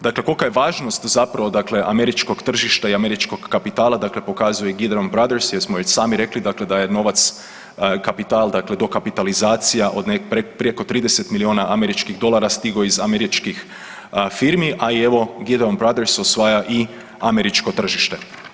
Dakle, kolika je važnost zapravo američkog tržišta i američkog kapitala, dkale pokazuje Gideon brothers jer smo već sami rekli dakle da je novac kapital, dakle dokapitalizacija od preko 30 milijuna američkih dolara je stiglo iz američkih firmi a i evo Gideon brothers osvaja i američko tržište.